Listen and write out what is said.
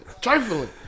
trifling